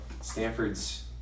Stanford's